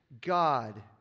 God